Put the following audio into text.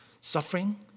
suffering